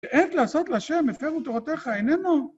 עת לעשות לה' הפרו תורתך, איננו...